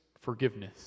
forgiveness